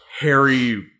Harry